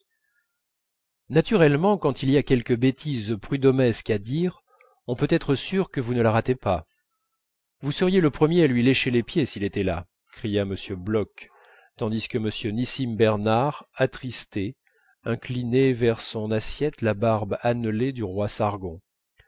naturellement quand il y a quelque bêtise prudhommesque à dire on peut être sûr que vous ne la ratez pas vous seriez le premier à lui lécher les pieds s'il était là cria m bloch tandis que m nissim bernard attristé inclinait vers son assiette la barbe annelée du roi sargon